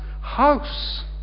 house